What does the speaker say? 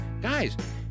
Guys